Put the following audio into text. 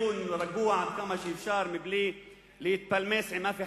אני מנסה לנהל דיון רגוע עד כמה שאפשר בלי להתפלמס עם אף אחד,